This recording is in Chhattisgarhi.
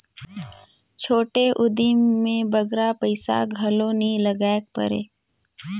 छोटे उदिम में बगरा पइसा घलो नी लगाएक परे